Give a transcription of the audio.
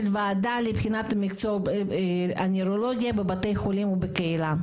ועדה לבחינת מקצוע הנוירולוגיה בבתי חולים ובקהילה.